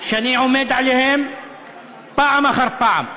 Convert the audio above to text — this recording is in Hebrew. שאני עומד עליהם פעם אחר פעם.